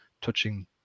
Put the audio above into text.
touching